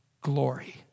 glory